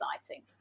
exciting